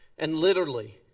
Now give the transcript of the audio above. and literally